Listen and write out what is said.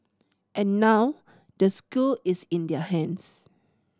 and now the school is in their hands